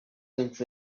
dunks